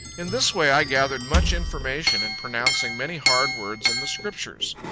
in this way, i gathered much information in pronouncing many hard words in the scriptures.